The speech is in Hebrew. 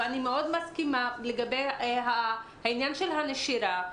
ואני מאוד מסכימה לגבי העניין של הנשירה,